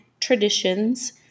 traditions